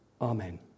Amen